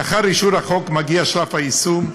לאחר אישור החוק מגיע שלב היישום.